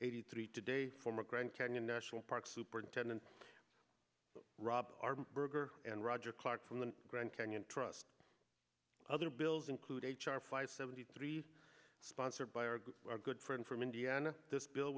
eighty three today former grand canyon national park superintendent rob berger and roger clark from the grand canyon trust other bills include h r five seventy three sponsored by our good friend from indiana this bill